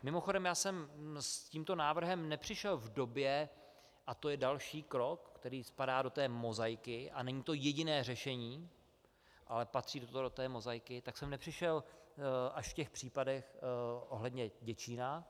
Mimochodem, já jsem s tímto návrhem nepřišel v době a to je další krok, který spadá do té mozaiky, a není to jediné řešení, ale patří to do té mozaiky až v těch případech ohledně Děčína.